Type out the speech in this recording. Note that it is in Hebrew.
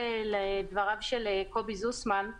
להצטרף לדבריו של קובי זוסמן,